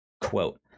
quote